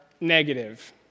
negative